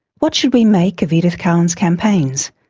what should we make of edith cowan's campaigns,